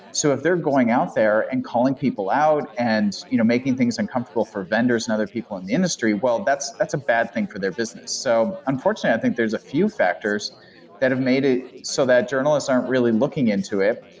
so if they're going out there and calling people out and you know making things uncomfortable for vendors and other people in the industry, well that's that's a bad thing for their business. so unfortunately i think there're a few factors that have made it so that journalists aren't really looking into it,